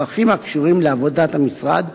צרכים הקשורים לעבודת המשרד,